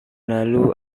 lalu